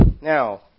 now